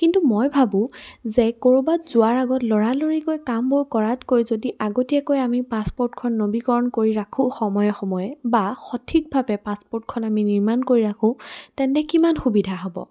কিন্তু মই ভাবোঁ যে ক'ৰবাত যোৱাৰ আগত লৰালৰিকৈ কামবোৰ কৰাতকৈ যদি আগতীয়াকৈ আমি পাছপৰ্টখন নবীকৰণ কৰি ৰাখোঁ সময়ে সময়ে বা সঠিকভাৱে পাছপৰ্টখন আমি নিৰ্মাণ কৰি ৰাখোঁ তেন্তে কিমান সুবিধা হ'ব